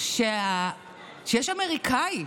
במחשבה שיש אמריקאי,